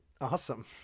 Awesome